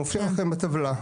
מופיע לכם בטבלה.